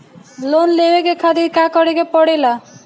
Loan लेवे के खातिर का करे के पड़ेला?